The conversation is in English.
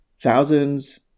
thousands